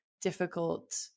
difficult